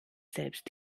selbst